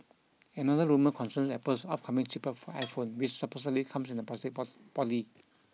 another rumour concerns Apple's upcoming cheaper iPhone which supposedly comes in a plastic body